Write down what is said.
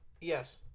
Yes